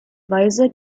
weise